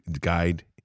guide